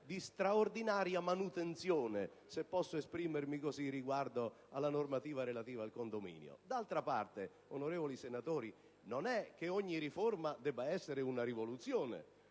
di straordinaria manutenzione, se posso esprimermi così riguardo alla normativa relativa al condominio. D'altra parte, onorevoli senatori, non è che ogni riforma debba essere una rivoluzione: